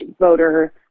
voter